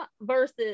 versus